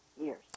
years